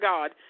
God